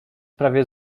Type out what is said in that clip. prawie